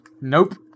Nope